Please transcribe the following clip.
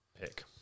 pick